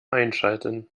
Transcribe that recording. einschalten